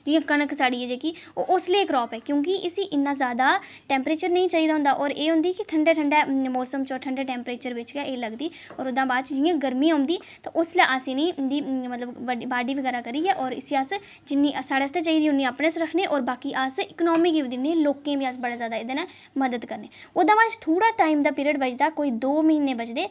जि'यां कनक साढ़ी ऐ जेह्की ओह् उसलै दी क्रॉप ऐ क्योंकि इसी इ'न्ना जादा टेम्परेचर निं चाहिदा होंदा होर एह् होंदी ठंडा ठंडा मौसम च ठंडे टेम्परेचर च गै एह् लगदी होर ओह्दा हा बाद च जि'यां गर्मी औंदी ते उसलै अस इ'नें ई इंदी बाड्ढी बगैरा करियै होर इसी अस जि'न्नी साढ़े आस्तै चाहिदी उ'न्नी अपने आस्तै रक्खने होर बाकी अस इकोनॉमी गी बी दि'न्ने लोकें बी बड़ा जादा एह्दे नै मदद करने ओह्दा बाद च थोह्ड़ा टाइम पीरियड बचदा कोई दो म्हीनें बचदे